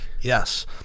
Yes